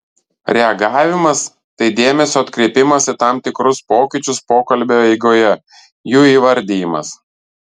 reagavimas tai dėmesio atkreipimas į tam tikrus pokyčius pokalbio eigoje jų įvardijimas